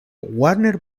warner